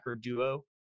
duo